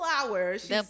flowers